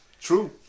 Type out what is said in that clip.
True